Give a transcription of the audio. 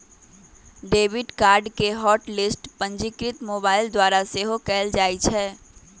debit card के hot list पंजीकृत mobile द्वारा सेहो कएल जाइ छै